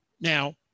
Now